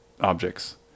objects